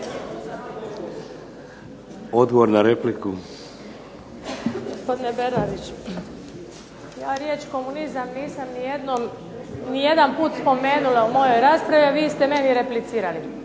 Odgovor na repliku.